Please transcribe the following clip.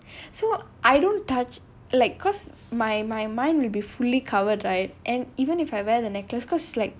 so I don't touch like because my my mind will be fully covered right and even if I wear the necklace because like